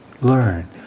learn